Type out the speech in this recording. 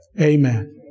Amen